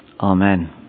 Amen